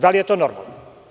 Da li je to normalno?